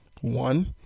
one